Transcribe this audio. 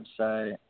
website